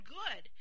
good